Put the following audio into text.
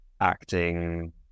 acting